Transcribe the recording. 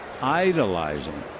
idolizing